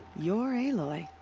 you're aloy?